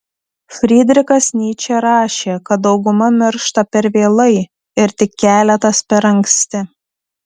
frydrichas nyčė rašė kad dauguma miršta per vėlai ir tik keletas per anksti